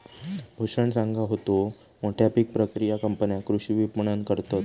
भूषण सांगा होतो, मोठ्या पीक प्रक्रिया कंपन्या कृषी विपणन करतत